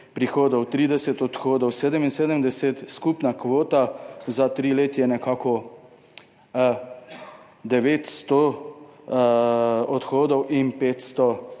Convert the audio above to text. prihodov 30, odhodov 77. Skupna kvota za triletje je nekako 900 odhodov in 500